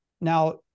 Now